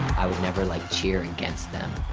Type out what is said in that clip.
i would never, like, cheer against them.